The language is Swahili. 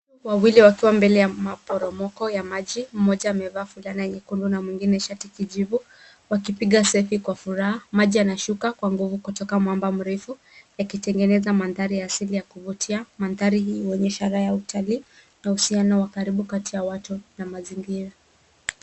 Wawili wakiwa mbele ya maporomoko ya maji, mmoja amevaa fulana nyekundu na mwingine shati kijivu , wakipiga selfie kwa furaha. Maji yanashuka kwa nguvu kutoka mwamba mrefu, yakitengeneza mandhari ya asili ya kuvutia. Mandhari hii huwa ni ishara ya utalii, na uhusiano mkubwa kati ya watu na mazingira .